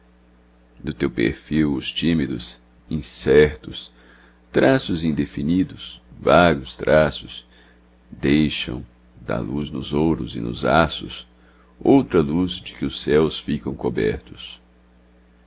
do teu perfil os tímidos incertos traços indefinidos vagos traços deixam da luz nos ouros e nos aços outra luz de que os céus ficam cobertos